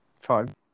five